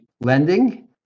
lending